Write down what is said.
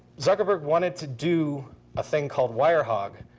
zuckerberg wanted to do a thing called wirehog,